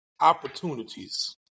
opportunities